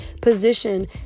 position